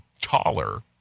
taller